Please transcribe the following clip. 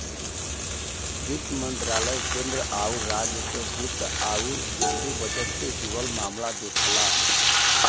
वित्त मंत्रालय केंद्र आउर राज्य क वित्त आउर केंद्रीय बजट से जुड़ल मामला देखला